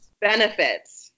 Benefits